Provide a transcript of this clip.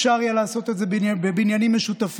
אפשר יהיה לעשות את זה בבניינים משותפים,